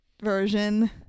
version